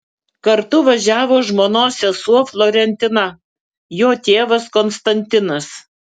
kartu važiavo žmonos sesuo florentina jo tėvas konstantinas